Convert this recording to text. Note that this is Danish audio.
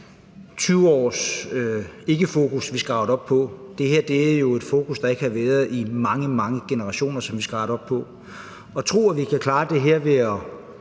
20 års ikkefokus, vi skal rette op på. Det her er et fokus, der ikke har været der i mange, mange generationer, som vi skal rette op på. Vi skal passe på med at tro, at vi kan klare det her ved at